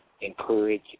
encourage